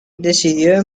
decidió